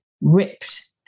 ripped